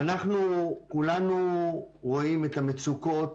ואנחנו כולנו רואים את המצוקות